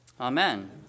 amen